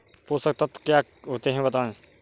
पोषक तत्व क्या होते हैं बताएँ?